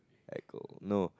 I go no